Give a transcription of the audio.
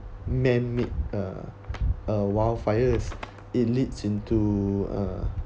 man made uh uh wildfires it leads into uh